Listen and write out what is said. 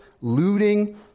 looting